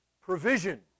Provision